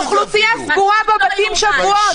האוכלוסייה סגורה בבתים שבועות.